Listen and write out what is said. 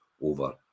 over